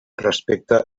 respecte